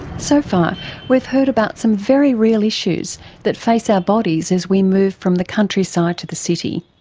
so far we've heard about some very real issues that face our bodies as we move from the countryside to the city.